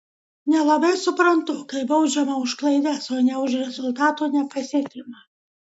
nelabai suprantu kai baudžiama už klaidas o ne už rezultatų nepasiekimą